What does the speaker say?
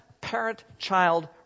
parent-child